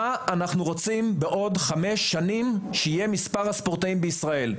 מה אנחנו רוצים בעוד חמש שנים שיהיה מספר הספורטאים בישראל.